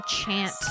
chant